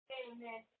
amen